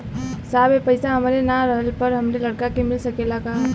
साहब ए पैसा हमरे ना रहले पर हमरे लड़का के मिल सकेला का?